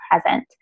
present